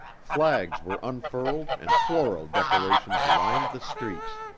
flags were unfurled and floral decorations lined the streets.